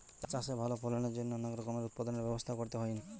চাষে ভালো ফলনের জন্য অনেক রকমের উৎপাদনের ব্যবস্থা করতে হইন